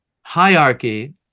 hierarchy